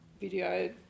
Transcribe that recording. video